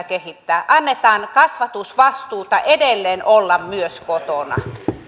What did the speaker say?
kehittää annetaan kasvatusvastuuta edelleen olla myös kotona